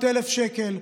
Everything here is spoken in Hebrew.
400,000 שקל.